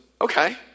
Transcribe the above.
okay